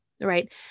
right